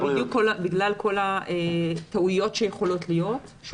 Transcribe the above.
זה בדיוק בגלל כל הטעויות שיכולות להיות.